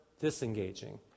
disengaging